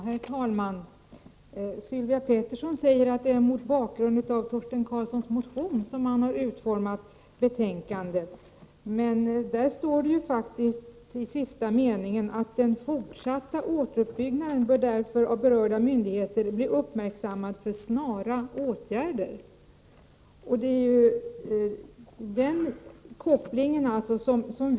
Herr talman! Sylvia Pettersson säger att det är mot bakgrund av Torsten Karlssons motion som man har utformat betänkandet. Men där står det ju faktiskt så här, i sista meningen: ”Den fortsatta återuppbyggnaden bör därför av berörda myndigheter bli uppmärksammad för snara åtgärder”.